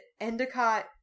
Endicott